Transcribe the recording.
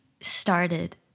started